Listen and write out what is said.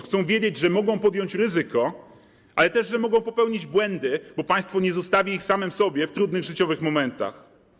Chcą wiedzieć, że mogą podjąć ryzyko, ale też że mogą popełnić błędy, bo państwo nie zostawi ich samym sobie w trudnych życiowych momentach.